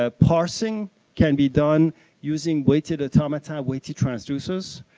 ah parsing can be done using weighted automata, weighted transducers,